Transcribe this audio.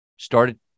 Started